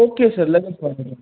okay sir लगेच पाठवतो